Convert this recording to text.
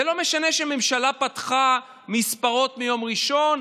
זה לא משנה שהממשלה פתחה מספרות מיום ראשון,